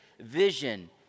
vision